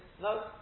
no